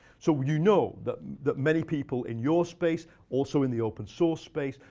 so you know that that many people in your space, also in the open source space,